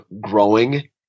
growing